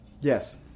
Yes